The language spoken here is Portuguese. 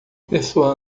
pessoa